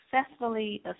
successfully